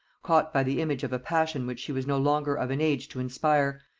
caught by the image of a passion which she was no longer of an age to inspire,